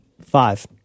five